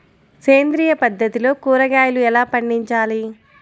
సేంద్రియ పద్ధతిలో కూరగాయలు ఎలా పండించాలి?